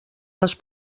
les